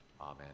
Amen